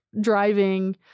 driving